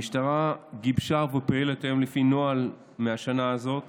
המשטרה גיבשה מתווה לפי נוהל מהשנה הזאת